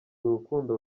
urukundo